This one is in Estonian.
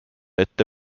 ette